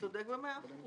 הוא צודק במאה אחוז.